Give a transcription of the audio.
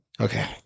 Okay